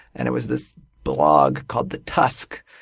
and it was this blog called the tusk.